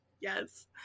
Yes